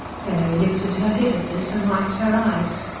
mary lifted her head at this, and wiped her eyes.